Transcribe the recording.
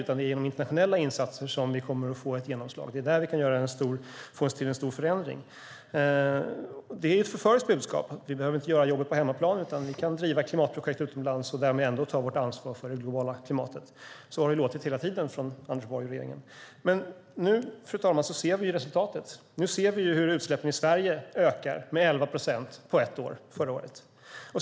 Det är genom internationella insatser vi kommer att få genomslag, och det är där vi kan få till en stor förändring. Det är ett förföriskt budskap: Vi behöver inte göra jobbet på hemmaplan utan kan driva klimatprojekt utomlands och därmed ändå ta vårt ansvar för det globala klimatet. Så har det låtit hela tiden från Anders Borg och regeringen. Fru talman! Nu ser vi resultatet. Nu ser vi hur utsläppen i Sverige ökar. De ökade med 11 procent förra året.